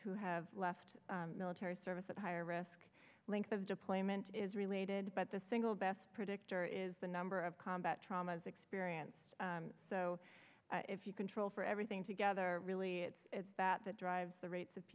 who have left military service at higher risk length of deployment is related but the single best predictor is the number of combat traumas experience so if you control for everything together really it's that that drives the rates